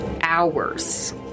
hours